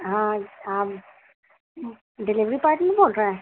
ہاں آپ delivery partner بول رہے ہیں